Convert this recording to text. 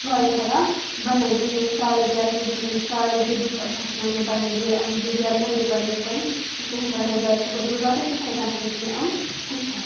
drawing ہٮ۪کان بَنٲوِتھ یِم یِم سارے ٹٮ۪کنیٖک یِم یِم سارے طریٖقہٕ یِم ہیٚچھنٲوۍ مےٚ پنٛنہِ دِ دیویا میم بیٚیہِ پنٛنہِ فرٛٮ۪نٛڈِ بہٕ چھَس تِہُںٛد واریاہ زیادٕ شُکُر گُزار تہٕ تِتھَے کَن ہیٚکہِ مےٚ یِم ہیٚچھِتھ